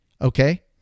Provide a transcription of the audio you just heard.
Okay